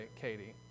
Katie